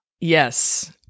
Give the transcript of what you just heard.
Yes